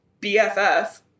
BFF